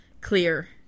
clear